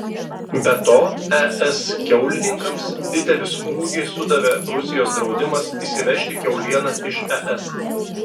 be to es kiaulininkams didelį smūgį sudavė rusijos draudimas įsivežti kiaulieną iš es